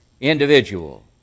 individual